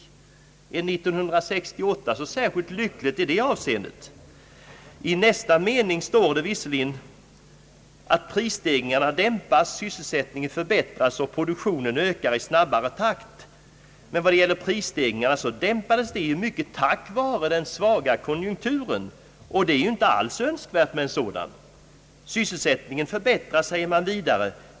Är år 1968 så särskilt lyckligt i det avseendet? I nästa mening står det visserligen att prisstegringarna dämpas, syselsättningen förbättras och produktionen ökar i snabbare takt. Men prisstegringarna dämpades mycket tack vare den svaga konjunkturen, och det är ju alls inte önskvärt med en sådan. Sysselsättningen förbättrades, säger man vidare.